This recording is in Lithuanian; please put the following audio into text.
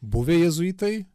buvę jėzuitai